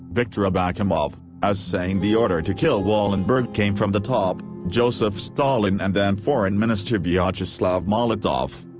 viktor abakumov, as saying the order to kill wallenberg came from the top joseph stalin and then-foreign minister vyacheslav molotov.